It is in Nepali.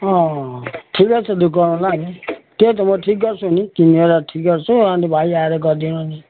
अँ ठिकै छ त गरौँला नि त्यही त म ठिक गर्छु नि किनेर ठिक गर्छु अनि भाइ आएर गरिदिनु नि